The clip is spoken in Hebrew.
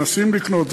מנסים לקנות,